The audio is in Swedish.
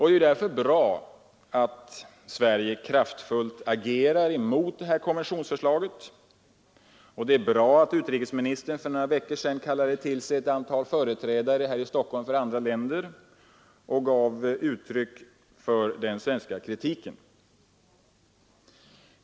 Det är därför bra att Sverige kraftfullt agerar mot det här konventionsförslaget, och det är bra att utrikesministern för några veckor sedan kallade till sig ett antal företrädare för andra industriländer för att ge uttryck för den svenska kritiken.